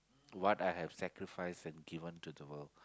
what I have sacrificed and given to the world